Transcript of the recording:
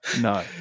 No